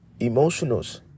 emotionals